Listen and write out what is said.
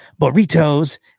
burritos